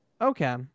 Okay